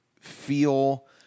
feel